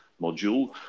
module